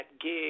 gig